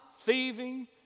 thieving